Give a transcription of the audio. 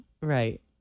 Right